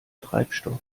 treibstoff